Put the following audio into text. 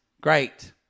Great